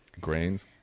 grains